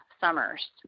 summers